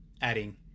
adding